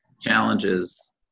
challenges